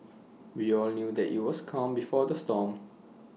we all knew that IT was calm before the storm